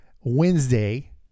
Wednesday